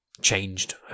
changed